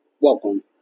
Welcome